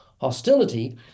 hostility